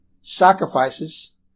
sacrifices